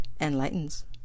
enlightens